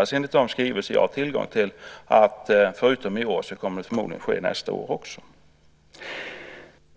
och enligt de skrivelser som jag har tillgång till planeras det att detta förutom i år förmodligen kommer att ske också nästa år.